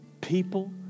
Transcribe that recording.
People